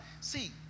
See